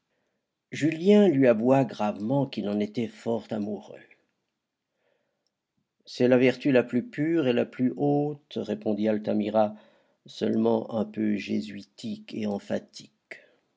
julien lui avoua gravement qu'il en était fort amoureux c'est la vertu la plus pure et la plus haute répondit altamira seulement un peu jésuitique et